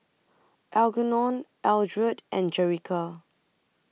Algernon Eldred and Jerica